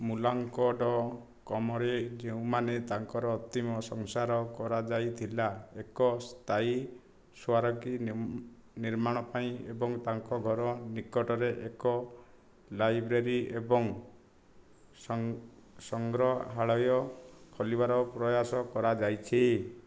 ମୁଲାଙ୍କଟକମରେ ଯେଉଁମାନେ ତାଙ୍କର ଅନ୍ତିମ ସଂସ୍କାର କରାଯାଇ ଥିଲା ଏକ ସ୍ଥାୟୀ ସ୍ମାରକୀ ନିର୍ମାଣ ପାଇଁ ଏବଂ ତାଙ୍କ ଘର ନିକଟରେ ଏକ ଲାଇବ୍ରେରୀ ଏବଂ ସଂଗ୍ରହାଳୟ ଖୋଲିବାର ପ୍ରୟାସ କରାଯାଇଛି